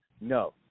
no